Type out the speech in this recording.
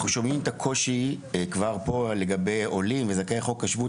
אנחנו שומעים את הקושי כבר כאן לגבי עולים וזכאי חוק השבות.